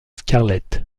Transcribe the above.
scarlett